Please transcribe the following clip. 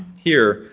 here.